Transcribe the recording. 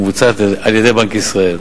המבוצעת על-ידי בנק ישראל.